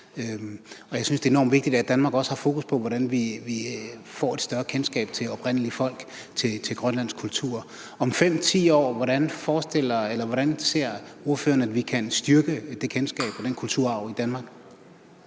Og jeg synes, at det er enormt vigtigt, at Danmark også har fokus på, hvordan vi får et større kendskab til det oprindelige folk og grønlandsk kultur. Hvordan ser ordføreren at vi om 5-10 år kan styrke det kendskab og den kulturarv i Danmark?